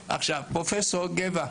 פרופ' גבע,